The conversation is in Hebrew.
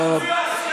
מי מפריע לכם למשול?